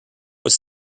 was